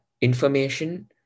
information